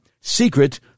secret